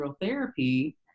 therapy